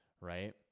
right